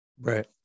Right